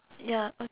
ya